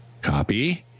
Copy